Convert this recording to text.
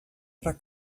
para